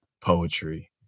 poetry